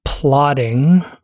plotting